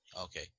Okay